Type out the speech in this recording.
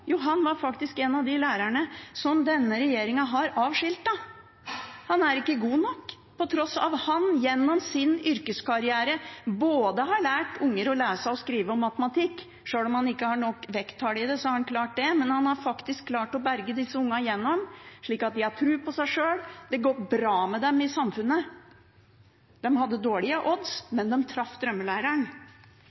Jo, han var faktisk en av de lærerne som denne regjeringen har avskiltet. Han er ikke god nok, på tross av at han gjennom sin yrkeskarriere har lært unger både å lese og skrive og matematikk – sjøl om han ikke har nok vekttall i det, har han klart det. Han har faktisk klart å berge disse ungene igjennom, slik at de har tro på seg sjøl – det går bra med dem i samfunnet. De hadde dårlige odds, men de traff drømmelæreren.